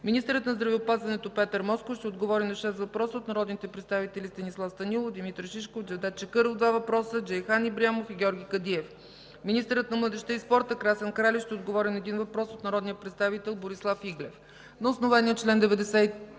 Министърът на здравеопазването Петър Москов ще отговори на шест въпроса от народните представители Станислав Станилов, Димитър Шишков, Джевдет Чакъров (два въпроса), Джейхан Ибрямов, и Георги Кадиев. 14. Министърът на младежта и спорта Красен Кралев ще отговори на един въпрос от народния представител Борислав Иглев.